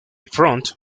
front